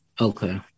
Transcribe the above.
Okay